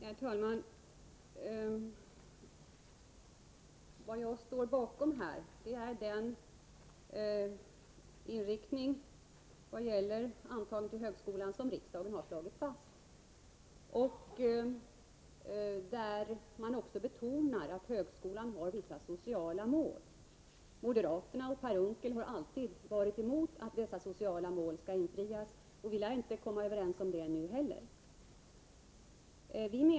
Herr talman! I vad gäller antagning till högskola står jag bakom den inriktning som riksdagen har slagit fast. Riksdagen har därvid betonat att högskolan har vissa sociala mål. Moderaterna har alltid varit emot infriandet av dessa sociala mål, och vi lär inte komma överens den här gången heller.